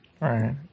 Right